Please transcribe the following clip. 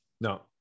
No